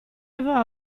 aveva